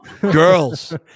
Girls